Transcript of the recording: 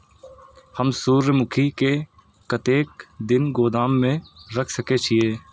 हम सूर्यमुखी के कतेक दिन गोदाम में रख सके छिए?